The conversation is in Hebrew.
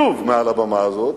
שוב מעל הבמה הזאת,